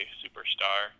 superstar